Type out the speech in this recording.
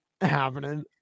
happening